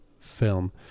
film